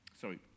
Sorry